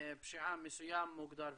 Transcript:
פשיעה מסוים מוגדר וכו'.